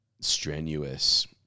strenuous